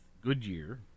Goodyear